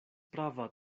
prava